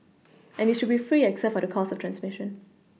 and it should be free except for the cost of transMission